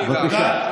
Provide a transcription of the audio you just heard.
בבקשה.